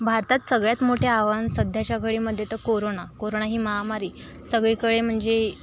भारतात सगळ्यात मोठे आव्हान सध्याच्या वेळेमध्ये तर कोरोना कोरोना ही महामारी सगळीकडे म्हणजे